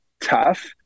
tough